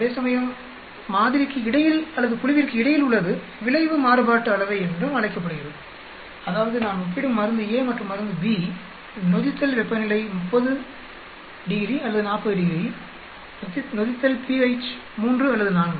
அதேசமயம் மாதிரிக்கு இடையில் அல்லது குழுவிற்கு இடையில் உள்ளது விளைவு மாறுபாட்டு அளவை என்றும் அழைக்கப்படுகிறது அதாவது நான் ஒப்பிடும் மருந்து a மற்றும் மருந்து b நொதித்தல் வெப்பநிலை 30° அல்லது 40° நொதித்தல் pH 3 அல்லது 4